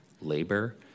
labor